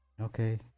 Okay